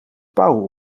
pauw